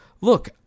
Look